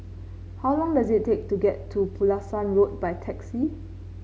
how long does it take to get to Pulasan Road by taxi